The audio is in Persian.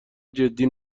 جدی